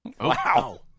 Wow